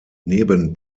neben